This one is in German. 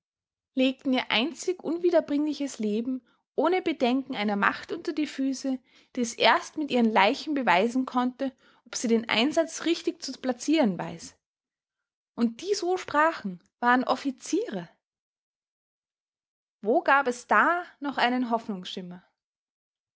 legten ihr einzig unwiederbringliches leben ohne bedenken einer macht unter die füße die es erst mit ihren leichen beweisen konnte ob sie den einsatz richtig zu plazieren weiß und die so sprachen waren offiziere wo gab es da noch einen hoffnungsschimmer